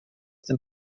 dem